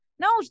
No